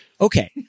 Okay